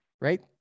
right